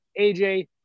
aj